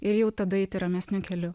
ir jau tada eiti ramesniu keliu